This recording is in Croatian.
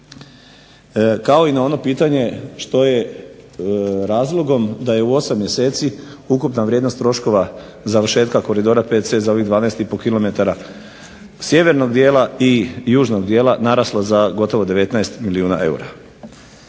kao i na ono pitanje što je razlogom da je u 8 mjeseci ukupna vrijednost troškova završetka koridora VC za ovih 12,5 km sjevernog dijela i južnog dijela narasla za gotovo 19 milijuna eura.